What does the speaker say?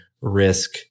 risk